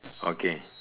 okay